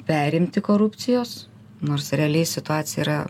perimti korupcijos nors realiai situacija yra